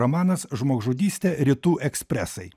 romanas žmogžudystė rytų ekspresai